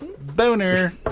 Boner